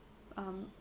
uh